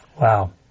Wow